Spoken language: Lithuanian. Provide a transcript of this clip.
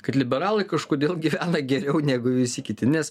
kad liberalai kažkodėl gyvena geriau negu visi kiti nes